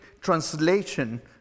translation